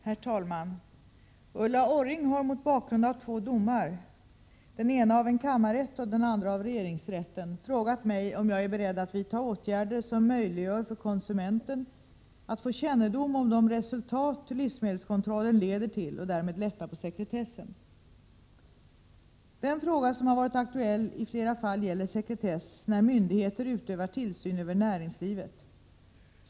Herr talman! Ulla Orring har mot bakgrund av två domar, den ena av en kammarrätt och den andra av regeringsrätten, frågat mig om jag är beredd att vidta åtgärder som möjliggör för konsumenten att få kännedom om de resultat livsmedelskontrollen leder till och därmed lätta på sekretessen. Den fråga som har varit aktuell i flera fall gäller sekretess när myndigheter utövar tillsyn över näringslivet.